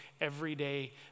everyday